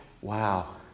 wow